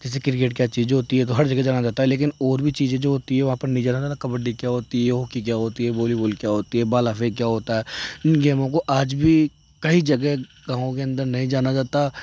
जैसे क्रिकेट क्या चीज होती है तो हर जगह जाना जाता है लेकिन और भी चीज़ें जो होती है वहाँ पर नहीं जाना जाता कबड्डी क्या होती है हॉकी क्या होती है वॉलीबाल क्या होती है भाला फेंक क्या होता है इन गेमों को आज भी कई जगह गाँव के अंदर नहीं जाना जाता